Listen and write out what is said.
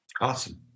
Awesome